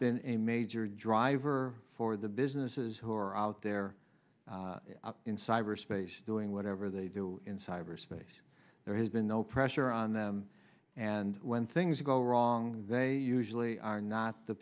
been a major driver for the businesses who are out there in cyberspace doing whatever they do in cyberspace there has been no pressure on them and when things go wrong they usually are not the